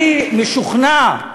אני משוכנע,